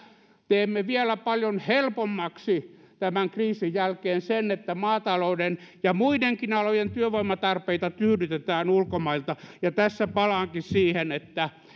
teemme vielä paljon helpommaksi tämän kriisin jälkeen sen että maatalouden ja muidenkin alojen työvoimatarpeita tyydytetään ulkomailta tässä palaankin siihen että